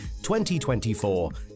2024